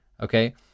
Okay